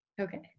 Okay